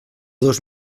dos